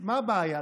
מה הבעיה?